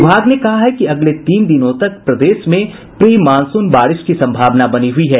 विभाग ने कहा है कि अगले तीन दिनों तक प्रदेश में प्री मानसून बारिश की संभावना बनी हुई है